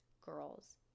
girls